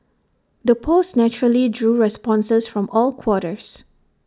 the post naturally drew responses from all quarters